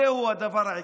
זה הדבר העיקרי.